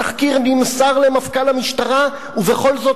התחקיר נמסר למפכ"ל המשטרה ובכל זאת